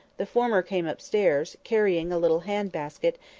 the former came upstairs, carrying a little hand-basket,